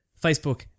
Facebook